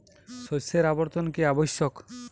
শস্যের আবর্তন কী আবশ্যক?